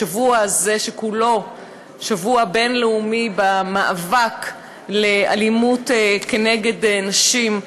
בשבוע הזה שכולו שבוע בין-לאומי למאבק באלימות נגד נשים,